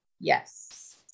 yes